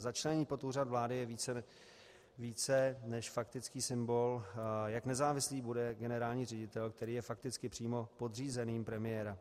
Začlenění pod úřad vlády je více než faktický symbol, jak nezávislý bude generální ředitel, který je fakticky přímým podřízeným premiéra.